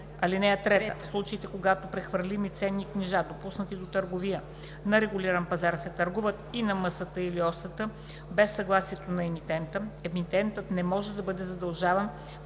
(3) В случаите когато прехвърлими ценни книжа, допуснати до търговия на регулиран пазар, се търгуват и на МСТ или ОСТ без съгласието на емитента, емитентът не може да бъде задължаван